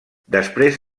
després